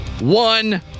One